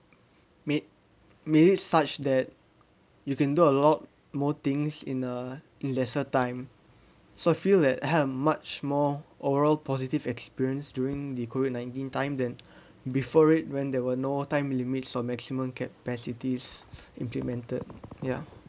made made it such that you can do a lot more things in a in lesser time so I feel that I have much more overall positive experience during the COVID nineteen time than before it when there were no time limits or maximum capacities implemented ya